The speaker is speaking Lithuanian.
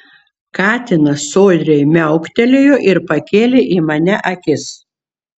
katinas sodriai miauktelėjo ir pakėlė į mane akis